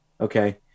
Okay